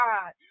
God